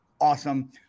awesome